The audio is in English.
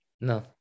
No